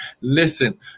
Listen